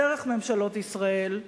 דרך ממשלות ישראל,